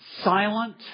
silent